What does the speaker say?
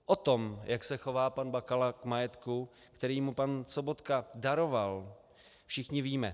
O tom, jak se chová pan Bakala k majetku, který mu pan Sobotka daroval, všichni víme.